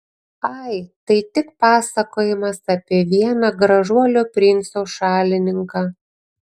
ai tai tik pasakojimas apie vieną gražuolio princo šalininką